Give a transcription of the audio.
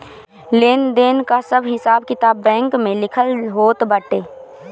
लेन देन कअ सब हिसाब किताब बैंक में लिखल होत बाटे